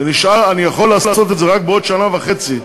אני יכול לעשות את זה רק בעוד שנה וחצי,